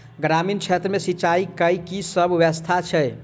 ग्रामीण क्षेत्र मे सिंचाई केँ की सब व्यवस्था छै?